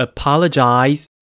Apologize